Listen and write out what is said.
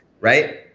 right